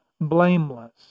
blameless